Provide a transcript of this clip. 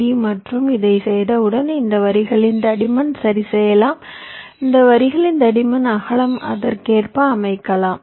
D மற்றும் இதைச் செய்தவுடன் இந்த வரிகளின் தடிமன் சரிசெய்யலாம் இந்த வரிகளின் தடிமன் அகலம் அதற்கேற்ப அமைக்கலாம்